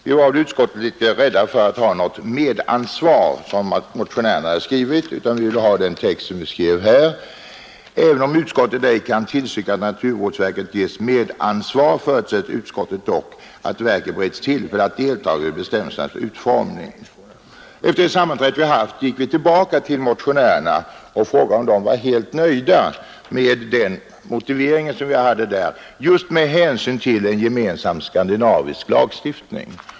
Vi var litet oroliga för att ansvaret för bedömningen skulle vara delat mellan luftfartsverket och naturvårdsverket som motionärerna hade föreslagit, och vi skrev i betänkandet: ”Även om utskottet ej kan tillstyrka att naturvårdsverket ges medansvar förutsätter utskottet dock att verket bereds tillfälle att deltaga vid bestämmelsernas utformning.” Efter vårt första sammanträde i utskottet frågade vi motionärerna om de var nöjda med skrivningen, som tillkommit bl.a. med önskemål om en gemensam skandinavisk lagstiftning.